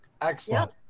Excellent